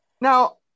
Now